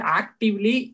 actively